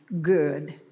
good